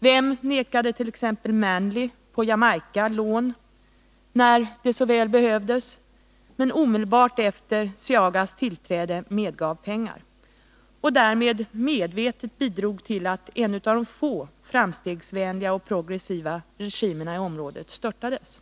Vem nekade t.ex. Manley på Jamaica lån när pengar så väl behövdes men medgav pengar omedelbart efter Seagas tillträde och därmed medvetet bidrog till att en av de få framstegsvänliga och progressiva regimerna i området störtades?